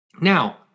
Now